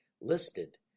listed